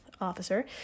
officer